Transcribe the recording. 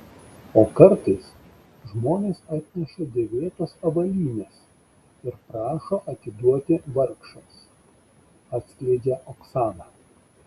o kartais žmonės atneša dėvėtos avalynės ir prašo atiduoti vargšams atskleidžia oksana